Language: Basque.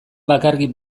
bakarrik